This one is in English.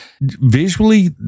visually